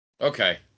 Okay